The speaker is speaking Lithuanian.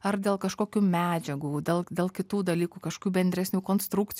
ar dėl kažkokių medžiagų dėl dėl kitų dalykų kažkokių bendresnių konstruktų